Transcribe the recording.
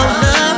love